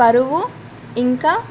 పరువు ఇంకా